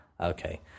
Okay